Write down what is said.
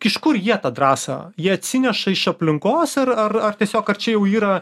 iš kur jie tą drąsą jie atsineša iš aplinkos ar ar ar tiesiog ar čia jau yra